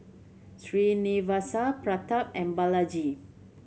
Srinivasa Pratap and Balaji